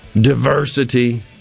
diversity